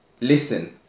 Listen